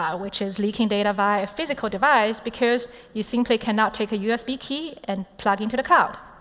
yeah which is leaking data via physical device, because you simply cannot take a usb key and plug into the cloud.